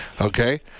okay